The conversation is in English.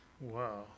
Wow